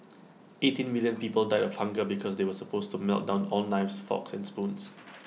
eighteen million people died of hunger because they were supposed to melt down all knives forks and spoons